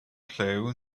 llyw